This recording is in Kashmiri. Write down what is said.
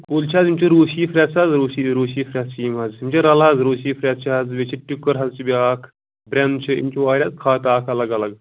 کُلۍ چھِ حظ یِم چھِ روٗسی فرٛٮ۪س حظ روٗسی روٗسی فرٛٮ۪س چھِ یِم حظ یِم چھِ الگ وٗسی فرٛٮ۪س چھِ حظ بیٚیہِ چھِ ٹِکُر حظ چھِ بیٛاکھ برٛٮ۪ن چھِ یِم چھِ واریاہ کھاتہٕ اکھ الگ الگ